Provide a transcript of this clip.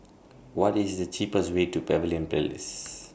What IS The cheapest Way to Pavilion Place